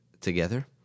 together